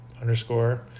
underscore